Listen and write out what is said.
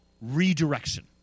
redirection